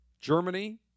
Germany